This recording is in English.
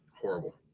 horrible